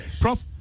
Prof